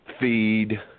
feed